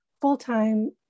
full-time